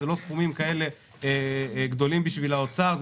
אלה לא סכומים כאלה גדולים בשביל האוצר אלא